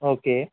okay